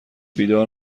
بیدار